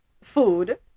food